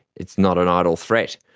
it's not an idle threat.